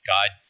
God